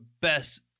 best